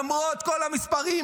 למרות כל המספרים,